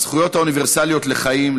הזכויות האוניברסלית לחיים,